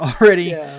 already